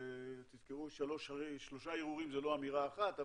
תזכרו שלושה הרהורים זה לא אמירה אחת,